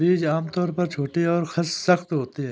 बीज आमतौर पर छोटे और सख्त होते हैं